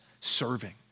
serving